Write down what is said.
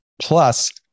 Plus